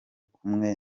kumwe